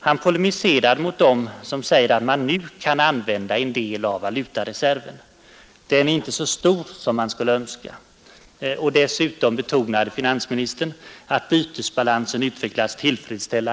Han polemiserade mot dem som säger att man nu kan använda en del av valutareserven. Den är inte så stor som man skulle önska.